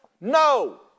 no